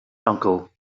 uncle